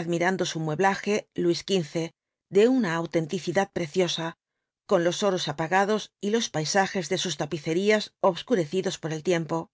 admirando su mueblaje luis xv de una autenticidad preciosa con los oros apagados y los paisajesde sus tapicerías obscurecidos por el tiempo